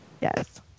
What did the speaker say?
Yes